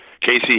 Casey